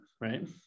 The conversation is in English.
right